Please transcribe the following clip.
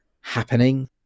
happening